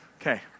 Okay